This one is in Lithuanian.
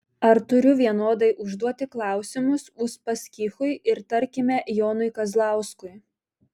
ar turiu vienodai užduoti klausimus uspaskichui ir tarkime jonui kazlauskui